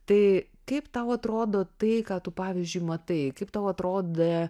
tai kaip tau atrodo tai ką tu pavyzdžiui matai kaip tau atrodė